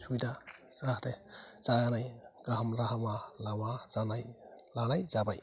सुबिदा जाहाथे जानाय गाहाम राहा लामा जानाय लानाय जाबाय